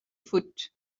foot